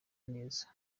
neza